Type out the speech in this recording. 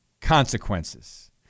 consequences